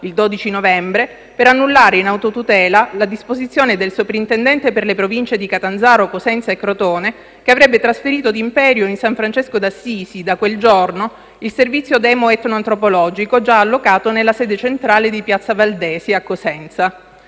il 12 novembre, per annullare in autotutela la disposizione del soprintendente per le Province di Catanzaro, Cosenza e Crotone che avrebbe trasferito d'imperio in San Francesco d'Assisi, da quel giorno, il servizio demo-etno-antropologico già allocato nella sede centrale di Piazza Valdesi, a Cosenza.